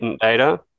data